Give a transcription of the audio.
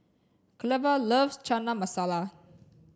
Cleva loves Chana Masala